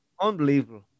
Unbelievable